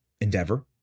endeavor